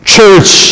Church